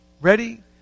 ready